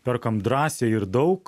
perkam drąsiai ir daug